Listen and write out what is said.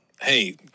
hey